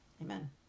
amen